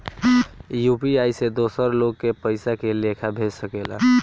UPI से दोसर लोग के पइसा के लेखा भेज सकेला?